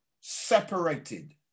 separated